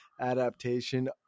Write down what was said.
adaptation